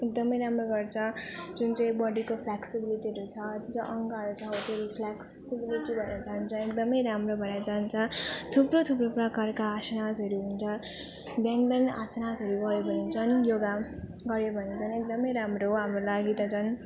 एकदम राम्रो गर्छ जुन चाहिँ बडीको फ्लेक्सिबिलिटीहरू छ जुन चाहिँ अङ्गहरू छ त्यो फ्लेक्सिबिलिटी भएर जान्छ एकदम राम्रो भएर जान्छ थुप्रो थुप्रो प्रकारका आसनहरू हुन्छ बिहान बिहान बिहान आसनहरू गर्यो भने झन् योगा गर्यो भने झन् एकदम राम्रो हो हाम्रो लागि त झन्